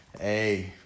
Hey